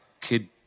kid